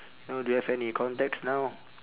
know do you have any contacts now